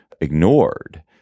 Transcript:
ignored